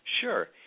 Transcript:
sure